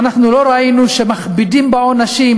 אנחנו לא ראינו שמכבידים בעונשים,